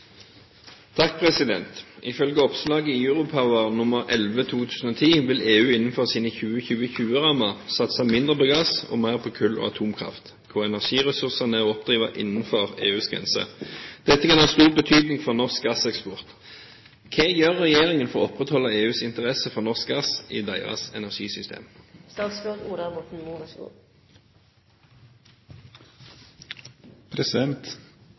atomkraft, hvor energiressursene er å oppdrive innenfor EUs grenser. Dette kan ha stor betydning for norsk gasseksport. Hva gjør regjeringen for å opprettholde EUs interesse for norsk gass i deres energisystem?»